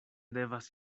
devas